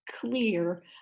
clear